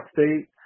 State